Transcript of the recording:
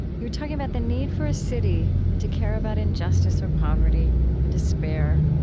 you were talking about the need for a city to care about injustice, or poverty and despair,